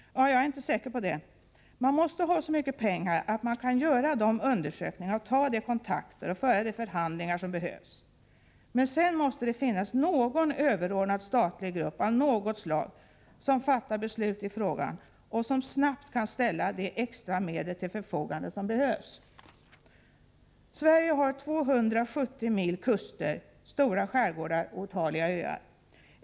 Jag är inte säker på det. Man måste ha så mycket pengar att man kan göra de undersökningar, ta de kontakter och föra de förhandlingar som behövs, men sedan måste det finnas en överordnad statlig grupp av något slag som fattar beslut i frågan och som snabbt kan ställa de extra medel till förfogande som behövs. Sverige har 270 mil kuster samt stora skärgårdar och otaliga öar.